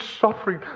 suffering